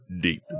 deep